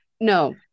no